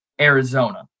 Arizona